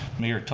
mayor,